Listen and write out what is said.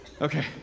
Okay